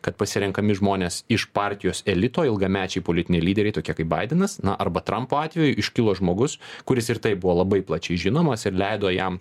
kad pasirenkami žmonės iš partijos elito ilgamečiai politiniai lyderiai tokie kaip baidenas na arba trampo atveju iškilo žmogus kuris ir taip buvo labai plačiai žinomas ir leido jam